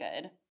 good